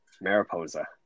Mariposa